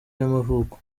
y’amavuko